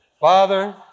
Father